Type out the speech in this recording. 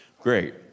Great